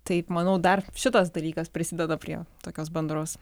taip manau dar šitas dalykas prisideda prie tokios bendros